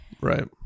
Right